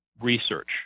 research